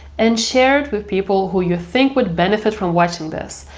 and share it with people who you think would benefit from watching this.